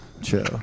Chill